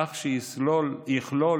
כך שיכלול